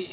i ….